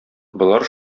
болар